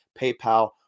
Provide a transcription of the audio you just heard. PayPal